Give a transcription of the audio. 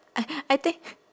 I I think